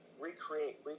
Recreate